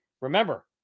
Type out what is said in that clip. remember